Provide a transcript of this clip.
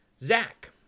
Zach